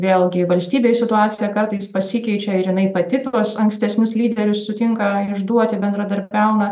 vėlgi valstybėj situacija kartais pasikeičia ir jinai pati tuos ankstesnius lyderius sutinka išduoti bendradarbiauna